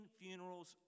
funerals